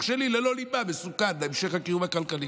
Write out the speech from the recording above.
שלי ללא ליבה מסוכן להמשך הקיום הכלכלי.